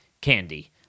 candy